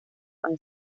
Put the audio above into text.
fácil